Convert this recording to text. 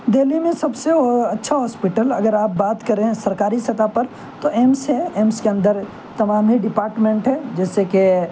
دہلی میں سب سے اچھا ہاسپٹل اگر آپ بات کریں سرکاری سطح پر تو ایمس ہے ایمس کے اندر تمامی ڈپارٹمنٹ ہے جیسے کہ